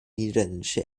niederländische